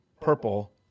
purple